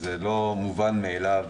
זה לא מובן מאליו.